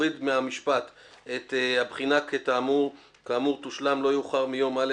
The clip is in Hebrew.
להוריד מהמשפט את - "הבחינה כאמור תושלם לא יאוחר מיום א'".